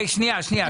רגע, שנייה, שנייה.